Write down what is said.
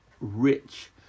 rich